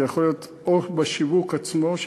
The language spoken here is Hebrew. זה יכול להיות או בשיווק עצמו,